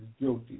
guilty